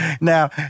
Now